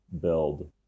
build